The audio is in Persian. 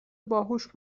باهوش